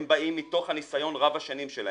הם באים מתוך הניסיון רב השנים שלהם